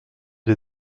des